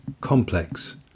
complex